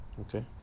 Okay